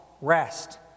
rest